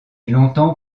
longtemps